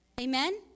Amen